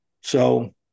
So-